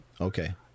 Okay